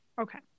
Okay